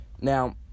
Now